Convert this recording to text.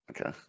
Okay